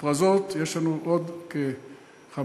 "פרזות" יש לנו עוד כ-50